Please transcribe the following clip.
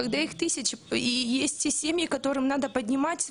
כעבור חודשיים וחצי לקלוט רק 200 ילדים?